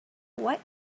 what